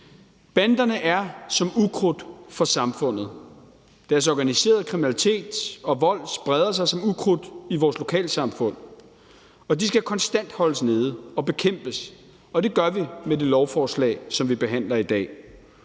Banderne er som ukrudt for samfundet. Deres organiserede kriminalitet og vold spreder sig som ukrudt i vores lokalsamfund, og de skal konstant holdes nede og bekæmpes, og det gør vi med det lovforslag, som vi behandler i dag.